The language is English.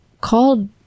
called